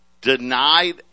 denied